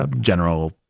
General